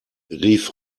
rief